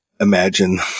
imagine